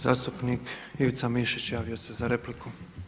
Zastupnik Ivica Mišić javio se za repliku.